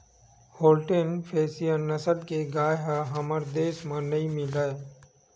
Holstein Friesian नसल के गाय ह हमर देस म नइ मिलय